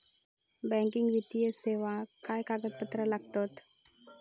Banking वित्तीय सेवाक काय कागदपत्र लागतत?